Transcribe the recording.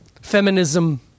feminism